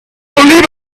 leave